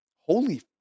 holy